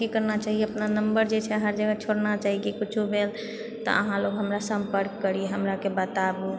की करना चाही अपना नम्बर जे छै हर जगह छोड़ना चाही की किछु भेल तऽ अहाँलोग हमरा सम्पर्क करी हमराके बताबु